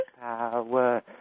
power